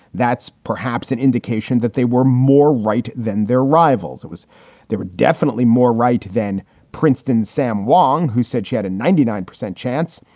that's perhaps an indication that they were more right than their rivals. it was they were definitely more right than princeton's sam wang who said she had a ninety nine percent chance.